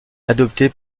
adoptée